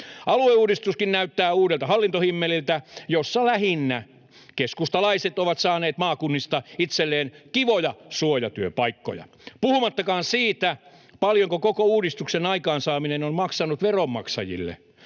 Alueuudistuskin näyttää uudelta hallintohimmeliltä, jossa lähinnä keskustalaiset ovat saaneet maakunnista itselleen kivoja suojatyöpaikkoja, puhumattakaan siitä, paljonko koko uudistuksen aikaansaaminen on maksanut veronmaksajille.